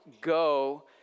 go